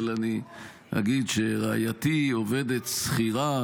אבל אני אגיד שרעייתי היא עובדת שכירה